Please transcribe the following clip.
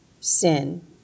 sin